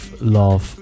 Love